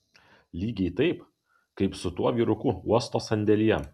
lygiai taip kaip su tuo vyruku uosto sandėlyje